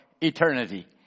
eternity